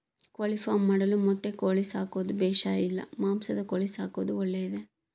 ಕೋಳಿಫಾರ್ಮ್ ಮಾಡಲು ಮೊಟ್ಟೆ ಕೋಳಿ ಸಾಕೋದು ಬೇಷಾ ಇಲ್ಲ ಮಾಂಸದ ಕೋಳಿ ಸಾಕೋದು ಒಳ್ಳೆಯದೇ?